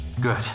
Good